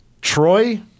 Troy